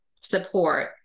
support